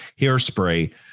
Hairspray